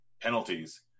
penalties